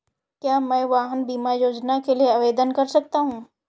क्या मैं वाहन बीमा योजना के लिए आवेदन कर सकता हूँ?